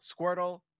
Squirtle